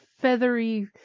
feathery